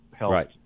Right